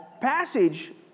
passage